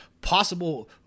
possible